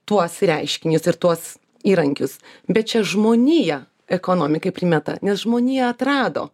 tuos reiškinius ir tuos įrankius bet čia žmonija ekonomikai primeta nes žmonija atrado